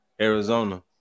arizona